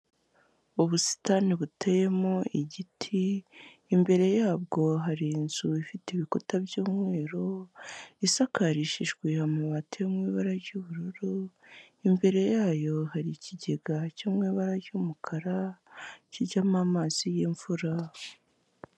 Ubusitani buteyemo igiti, imbere yabwo hari inzu ifite ibikuta by'umweru, isakarishijwe amabati yo mu ibara ry'ubururu, imbere yayo hari ikigega cy'amabara y'umukara, kijyamo amazi y'imvura.